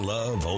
Love